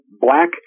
black